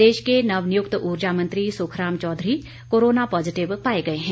प्रदेश के नव नियुक्त ऊर्जा मंत्री सुखराम चौधरी कोरोना पॉजिटिव पाए गए हैं